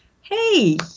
hey